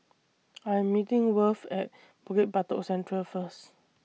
I Am meeting Worth At Bukit Batok Central First